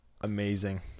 Amazing